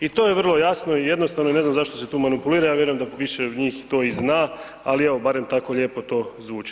I to je vrlo jasno i jednostavno i ne znam zašto se tu manipulira, ja vjerujem da više njih to i zna, ali evo, barem tako lijepo to zvuči.